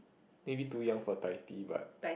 maybe too young for Taiti but